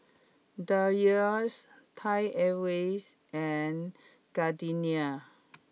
Dreyers Thai Airways and Gardenia